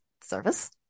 service